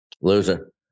Loser